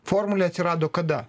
formulė atsirado kada